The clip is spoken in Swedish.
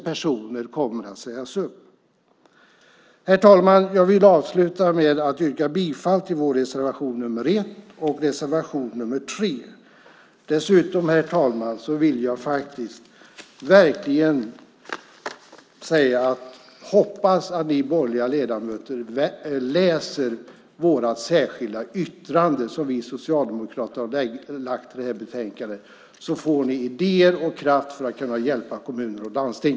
Herr talman! Jag vill avsluta med att yrka bifall till vår reservation nr 1 och reservation nr 3. Dessutom hoppas jag att de borgerliga ledamöterna läser vårt särskilda yttrande som vi socialdemokrater lämnat i detta betänkande så att de får idéer och kraft för att kunna hjälpa kommuner och landsting.